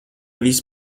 viss